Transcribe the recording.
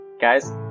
guys